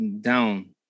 down